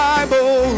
Bible